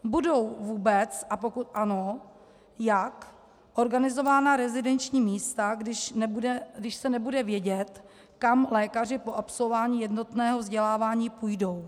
Budou vůbec a pokud ano, jak organizována rezidenční místa, když se nebude vědět, kam lékaři po absolvování jednotného vzdělávání půjdou?